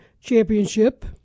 Championship